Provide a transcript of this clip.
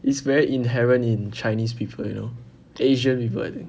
it's very inherent in chinese people you know asian people I think